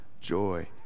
joy